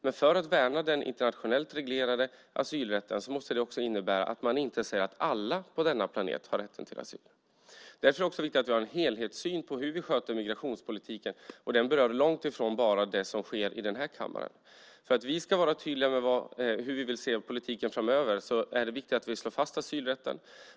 Men för att värna den internationellt reglerade asylrätten måste det också innebära att man inte säger att alla på denna planet har rätt till asyl. Därför är det också viktigt att vi har en helhetssyn på hur vi sköter migrationspolitiken. Den berör långt ifrån bara det som sker i den här kammaren. För att vi ska vara tydliga med hur vi vill se politiken framöver är det viktigt att vi slår fast asylrätten.